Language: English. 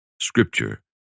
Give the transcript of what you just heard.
Scripture